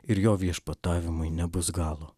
ir jo viešpatavimui nebus galo